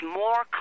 more